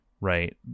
right